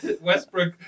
Westbrook